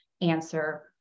answer